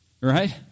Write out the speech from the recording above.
Right